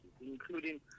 including